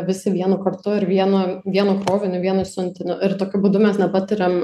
visi vienu kartu ir vienu vienu kroviniu vienu siuntiniu ir tokiu būdu mes nepatiriam